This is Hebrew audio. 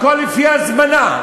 הכול לפי הזמנה.